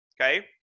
okay